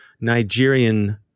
Nigerian